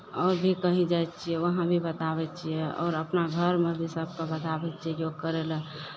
आओर भी कहीँ जाइ छियै वहाँ भी बताबै छियै आओर अपना घरमे भी सभकेँ बताबै छियै योग करय लेल